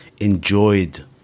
enjoyed